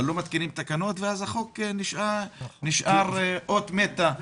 אבל לא מתקינים תקנות ואז החוק נשאר אות מתה בספר החוקים.